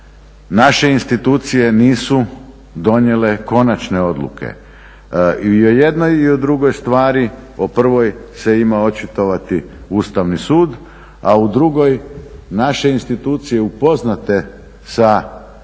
naše institucije nisu donijele konačne odluke. I o jednoj i o drugoj stvari, o prvom se ima očitovati Ustavni sud, a o drugoj naše institucije upoznate sa